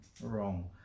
wrong